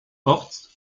horst